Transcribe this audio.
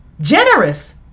Generous